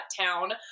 town